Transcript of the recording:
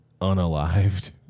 unalived